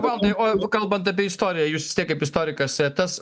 valdai o jeigu kalbant apie istoriją jūs vistiek kaip istorikas e tas